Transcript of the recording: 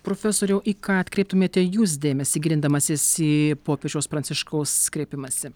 profesoriau į ką atkreiptumėte jūs dėmesį gilindamasis į popiežiaus pranciškaus kreipimąsi